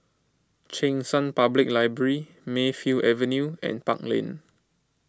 Cheng San Public Library Mayfield Avenue and Park Lane